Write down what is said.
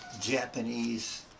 Japanese